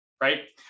right